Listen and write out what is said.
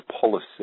policy